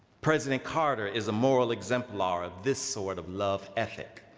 president carter is a moral exemplar of this sort of love ethic.